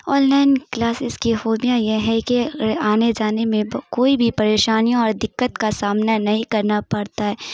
on line classes کی خوبیاں یہ ہے کہ آنے جانے میں کوئی بھی پریشانیوں اور دِقّت کا سامنا نہیں کرنا پڑتا ہے